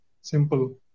Simple